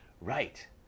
Right